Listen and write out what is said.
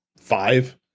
five